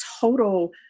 total